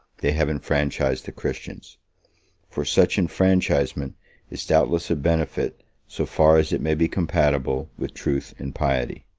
they have enfranchised the christians for such enfranchisement is doubtless a benefit so far as it may be compatible with truth and piety.